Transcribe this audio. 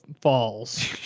Falls